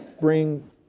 bring